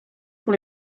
pour